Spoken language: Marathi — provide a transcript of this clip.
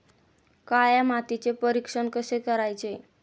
काळ्या मातीचे परीक्षण कसे करायचे?